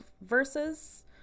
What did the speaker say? verses